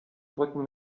brücken